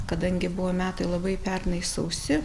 kadangi buvo metai labai pernai sausi